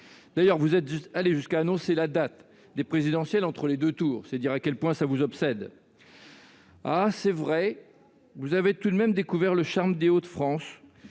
d'ailleurs allés jusqu'à annoncer la date de la présidentielle entre les deux tours : c'est dire à quel point cela vous obsède ! Il est vrai que vous avez tout de même découvert le charme des Hauts-de-France :